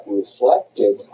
reflected